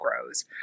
grows